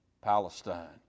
palestine